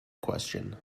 question